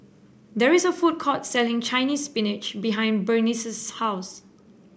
there is a food court selling Chinese Spinach behind Burnice's house